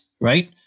right